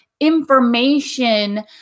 information